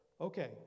Okay